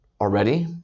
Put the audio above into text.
already